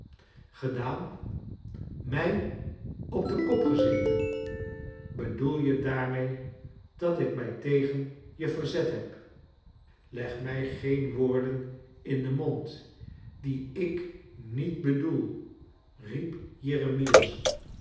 gedaan mij op den kop gezeten bedoel je daarmee dat ik mij tegen je verzet heb leg mij geen woorden in den mond die ik niet bedoel riep jeremias